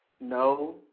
no